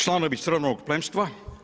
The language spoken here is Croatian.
Članovi crvenog plemstva?